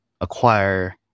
acquire